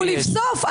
ולבסוף,